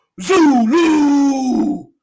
Zulu